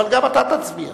אבל גם אתה תצביע.